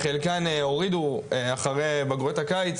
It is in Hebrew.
שחלקן הורידו אחרי בגרויות הקיץ,